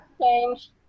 change